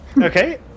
Okay